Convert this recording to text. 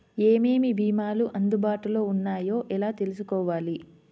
ఏమేమి భీమాలు అందుబాటులో వున్నాయో ఎలా తెలుసుకోవాలి?